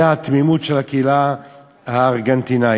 זו התמימות של הקהילה הארגנטינית,